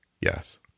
Yes